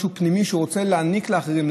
משהו פנימי שהם רוצים להעניק לאחרים,